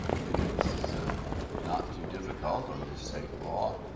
even if this is ah not too difficult under state law,